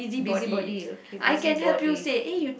busybody okay busybody